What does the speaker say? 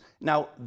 Now